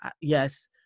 Yes